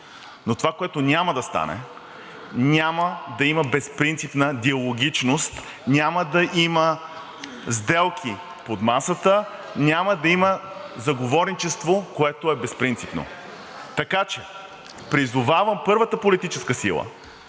Но това, което няма да стане – няма да има безпринципна диалогичност, няма да има сделки под масата, няма да има заговорничество, което е безпринципно. Така че призовавам първата политическа сила,